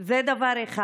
זה דבר אחד.